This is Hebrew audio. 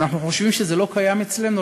אנחנו חושבים שזה לא קיים אצלנו.